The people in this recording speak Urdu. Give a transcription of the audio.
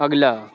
اگلا